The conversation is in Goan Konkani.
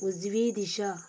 उजवी दिशा